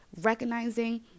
recognizing